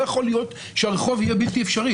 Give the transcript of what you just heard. לא יכול להיות שהרחוב יהיה בלתי-אפשרי,